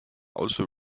also